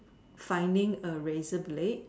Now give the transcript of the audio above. finding a Razer blade